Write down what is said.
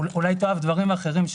אולי תסתכל על הדברים האחרים,